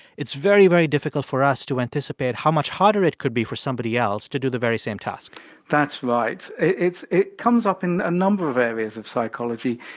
it's very, very difficult for us to anticipate how much harder it could be for somebody else to do the very same task that's right. it's it comes up in a number of areas of psychology,